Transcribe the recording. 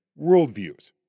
worldviews